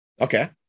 Okay